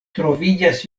troviĝas